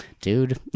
dude